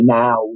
now